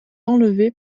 enlevée